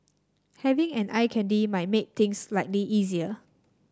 having an eye candy might make things slightly easier